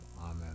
amen